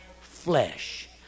flesh